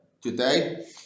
today